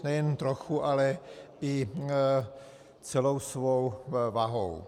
Nejen trochu, ale i celou svou váhou.